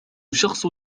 شخص